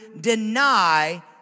deny